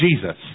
Jesus